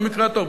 במקרה הטוב,